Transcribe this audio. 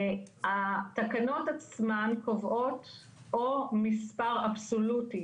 התקנות עצמן קובעות או מספר אבסולוטי